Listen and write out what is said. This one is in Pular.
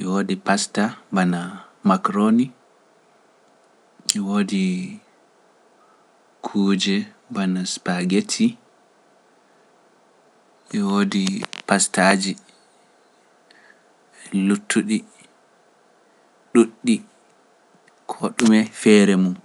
e woodi pasta bana makaroni, e woodi kuuje bana spaghetti, e woodi pastaaji luttuɗi ɗuuɗɗi ko ɗume feere mum.